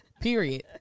period